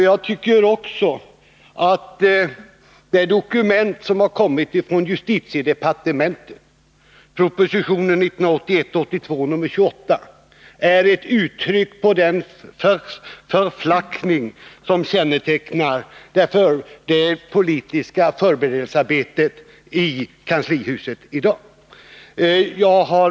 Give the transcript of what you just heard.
Jag tycker också att det dokument som har kommit från justitiedepartementet, proposition 1981/82:28, är ett uttryck för den förflackning som kännetecknar det politiska förberedelsearbetet i kanslihuset i dag.